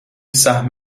سهم